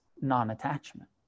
non-attachment